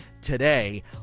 today